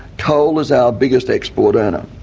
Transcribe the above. coal is our biggest export earner.